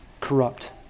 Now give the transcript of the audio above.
corrupt